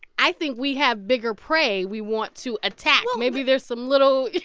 i think we have bigger prey we want to attack well. maybe there's some little.